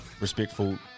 respectful